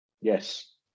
Yes